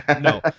No